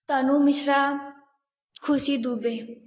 Tanu Mishra Khushi Dubey